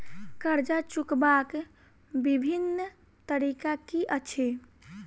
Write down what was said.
कर्जा चुकबाक बिभिन्न तरीका की अछि?